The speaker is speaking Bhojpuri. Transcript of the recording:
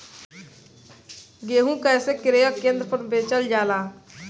गेहू कैसे क्रय केन्द्र पर बेचल जाला?